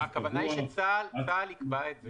הכוונה היא שצבא הגנה לישראל יקבע את זה.